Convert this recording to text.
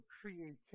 creativity